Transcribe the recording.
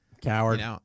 Coward